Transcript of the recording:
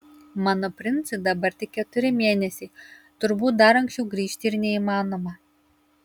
mano princui dabar tik keturi mėnesiai turbūt dar anksčiau grįžti ir neįmanoma